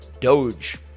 Doge